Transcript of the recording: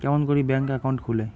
কেমন করি bank account খুলে?